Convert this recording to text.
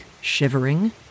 shivering